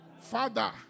Father